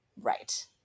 right